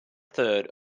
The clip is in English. third